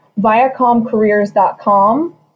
ViacomCareers.com